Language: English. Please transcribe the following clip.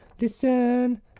listen